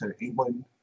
England